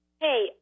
Hey